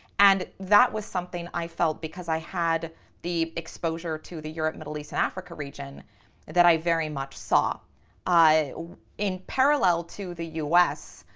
and that was something i felt because i had the exposure to the europe, middle east and africa region that i very much saw in parallel to the u s.